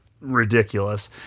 ridiculous